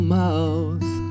mouth